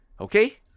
okay